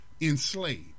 enslaved